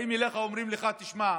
באים אליך ואומרים לך: תשמע,